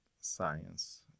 science